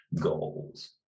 goals